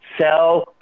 Sell